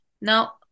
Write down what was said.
Now